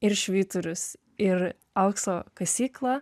ir švyturius ir aukso kasyklą